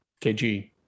KG